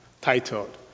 titled